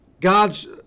God's